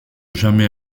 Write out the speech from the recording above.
jamais